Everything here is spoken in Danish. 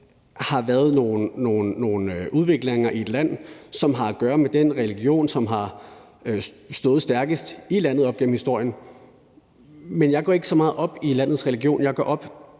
har været nogle udviklinger i et land, som har at gøre med den religion, som har stået stærkest i landet op igennem historien. Men jeg går ikke så meget op i landets religion; jeg går op